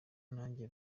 nanjye